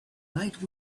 night